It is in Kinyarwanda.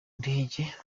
ndege